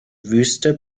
wüste